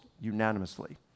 unanimously